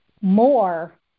more